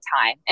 time